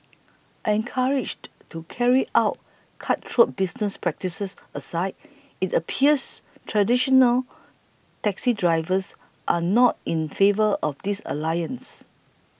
encouraged to carry out cutthroat business practices aside it appears traditional taxi drivers are not in favour of this alliance